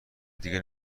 دیگه